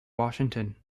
washington